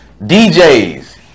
DJs